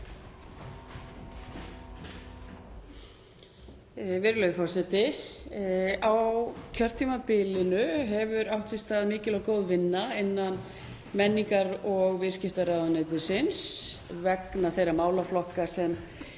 Virðulegur forseti. Á kjörtímabilinu hefur átt sér stað mikil og góð vinna innan menningar- og viðskiptaráðuneytisins vegna þeirra málaflokka sem